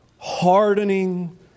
hardening